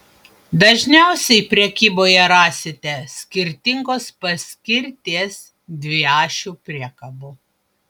dažniausiai prekyboje rasite skirtingos paskirties dviašių priekabų